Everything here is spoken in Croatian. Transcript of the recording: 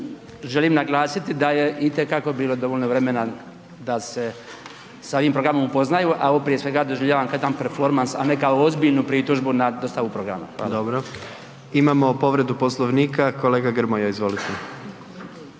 želim naglasiti da je itekako bilo dovoljno vremena da se sa ovim programom upoznaju, a ovo prije svega doživljavam kao jedan performans, a ne kao ozbiljnu pritužbu na dostavu programa. Hvala. **Jandroković, Gordan (HDZ)** Dobro.